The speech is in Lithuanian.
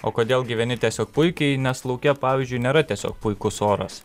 o kodėl gyveni tiesiog puikiai nes lauke pavyzdžiui nėra tiesiog puikus oras